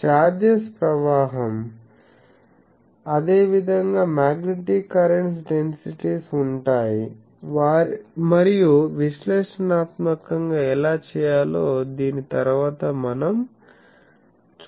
charges ప్రవాహంఅదే విధంగా magnetic currents densities ఉంటాయి మరియు విశ్లేషణాత్మకంగా ఎలా చేయాలో దీని తరువాత మనం చూస్తాము